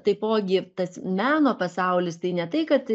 taipogi tas meno pasaulis tai ne tai kad